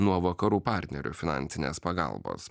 nuo vakarų partnerių finansinės pagalbos